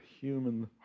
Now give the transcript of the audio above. human